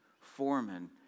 Foreman